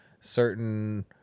certain